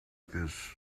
this